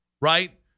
right